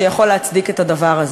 שיכול להצדיק את הדבר הזה,